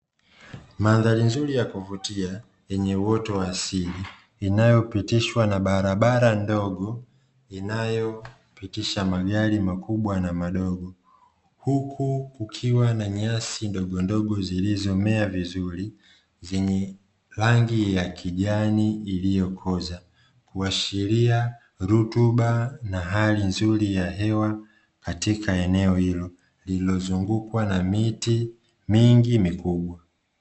Mandhari nzuri ya kuvutia yenye uoto wa asili inayopitishwa na barabara ndogo, inayopitisha magari makubwa na madogo ,Huku kukiwa na nyasi ndogondogo zilizomea vizuri zenye rangi ya kijani iliyokosa washiria rutuba na hali nzuri ya hewa katika eneo hilo lililozungukwa na miti mingi mikubwa.